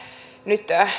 nyt